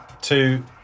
two